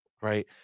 right